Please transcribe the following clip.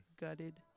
gutted